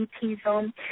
T-zone